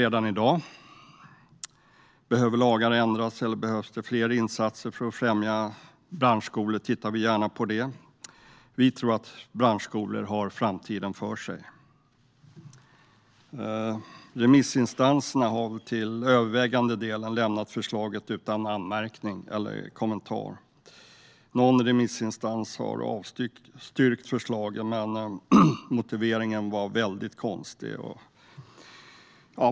Om lagarna behöver ändras eller om det behövs fler insatser för att främja branschskolor tittar vi gärna på det. Vi tror att branschskolor har framtiden för sig. Remissinstanserna har till övervägande del lämnat förslaget utan anmärkning eller kommentar. En remissinstans har avstyrkt förslaget, men motiveringen var konstig.